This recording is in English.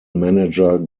manager